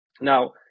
Now